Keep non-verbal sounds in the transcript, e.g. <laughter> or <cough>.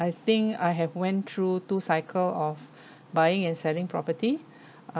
I think I have went through two cycle of <breath> buying and selling property